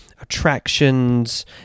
attractions